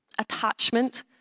attachment